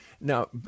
Now